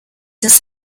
das